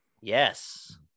yes